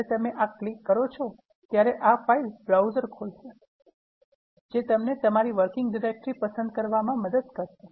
જ્યારે તમે આ ક્લિક કરો છો ત્યારે આ ફાઇલ બ્રાઉઝર ખોલશે જે તમને તમારી વર્કીંગ ડિરેકટરી પસંદ કરવામાં મદદ કરશે